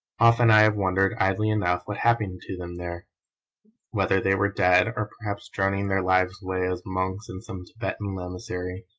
often i have wondered, idly enough, what happened to them there whether they were dead, or perhaps droning their lives away as monks in some thibetan lamasery,